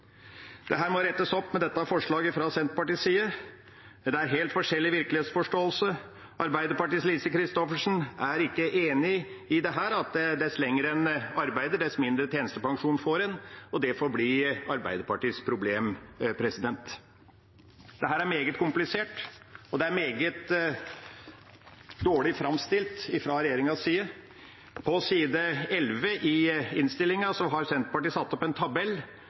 må rettes opp med dette forslaget fra Senterpartiets side. Men det er helt forskjellige virkelighetsforståelser. Arbeiderpartiets Lise Christoffersen er ikke enig i dette, at dess lenger en arbeider, dess mindre tjenestepensjon får en, og det får bli Arbeiderpartiets problem. Dette er meget komplisert, og det er meget dårlig framstilt fra regjeringas side. På side 11 i innstillinga har Senterpartiet satt opp en tabell